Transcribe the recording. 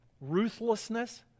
ruthlessness